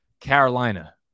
Carolina